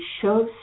shows